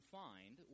find